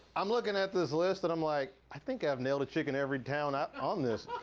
i'm looking at this list and i'm like, i think i've nailed a chick in every town ah on this.